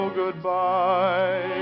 goodbye